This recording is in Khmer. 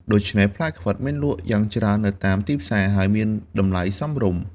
ដូច្នេះ ផ្លែខ្វិតមានលក់យ៉ាងច្រើននៅតាមទីផ្សារ ហើយមានតម្លៃសមរម្យ។